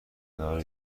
کنار